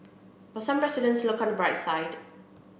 but some residents look on the bright side